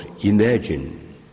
imagine